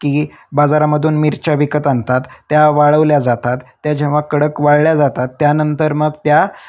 की बाजारामधून मिरच्या विकत आणतात त्या वाळवल्या जातात त्या जेव्हा कडक वाळल्या जातात त्यानंतर मग त्या